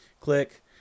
click